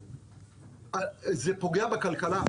זה פוגע בכלכלה.